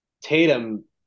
Tatum